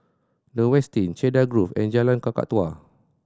The Westin Cedarwood Grove and Jalan Kakatua